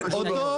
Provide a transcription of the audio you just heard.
אותו דבר.